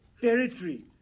territory